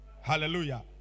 Hallelujah